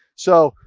so,